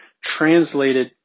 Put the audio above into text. translated